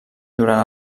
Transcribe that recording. durant